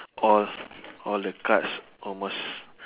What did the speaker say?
all all the cards almost